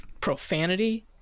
profanity